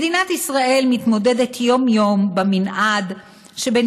מדינת ישראל מתמודדת יום-יום במנעד שבין